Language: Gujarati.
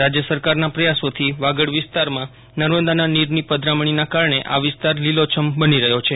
રાજ્ય સરકારના પ્રયાસોથી વાગડ વિસ્તારમાં નર્મદાના નીરની પધરામણીના કારણે આ વિસ્તાર લીલોછમ બની રહ્યો છે